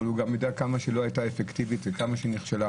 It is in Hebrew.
אבל הוא יודע גם כמה שהיא לא הייתה אפקטיבית וכמה שהיא נכשלה,